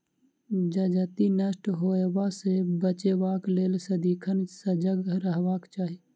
जजति नष्ट होयबा सँ बचेबाक लेल सदिखन सजग रहबाक चाही